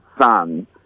son